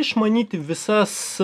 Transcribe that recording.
išmanyti visas